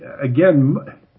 again